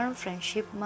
friendship